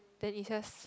then it's just